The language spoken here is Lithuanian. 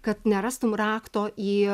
kad nerastum rakto į